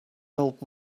old